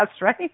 right